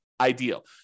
ideal